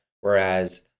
whereas